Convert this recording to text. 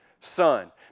son